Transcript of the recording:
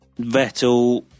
Vettel